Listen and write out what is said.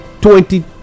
twenty